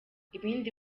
ibindi